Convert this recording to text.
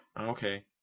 Okay